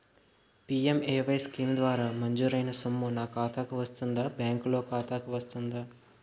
PMAY scheme ద్వారా మంజూరైన సొమ్ము నా ఖాతా కు వస్తుందాబ్యాంకు లోన్ ఖాతాకు వస్తుందా?